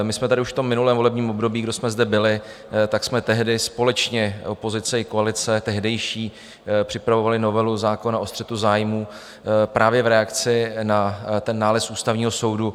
My jsme tady už v minulém volebním období, kdo jsme zde byli, společně opozice i koalice tehdejší připravovali novelu zákona o střetu zájmů právě v reakci na nález Ústavního soudu.